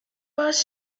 was